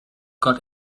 got